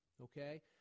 okay